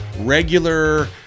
regular